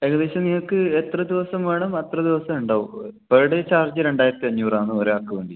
ഏകദേശം നിങ്ങൾക്ക് എത്ര ദിവസം വേണം അത്ര ദിവസം ഉണ്ടാവും പെർ ഡേ ചാർജ് രണ്ടായിരത്തിയഞ്ഞൂറാണ് ഒരാൾക്ക് വേണ്ടിയിട്ട്